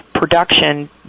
production